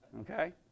Okay